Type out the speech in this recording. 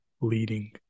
leading